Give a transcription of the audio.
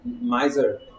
Miser